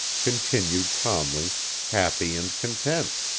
continued calmly happy and content.